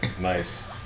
Nice